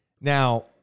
Now